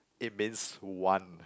it means one